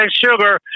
sugar